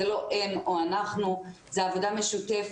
זה לא הם או אנחנו אלא זו עבודה משותפת